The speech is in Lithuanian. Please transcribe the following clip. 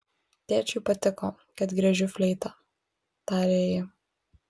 tėčiui patiko kad griežiu fleita tarė ji